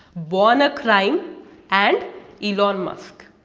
born a crime and elon musk.